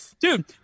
Dude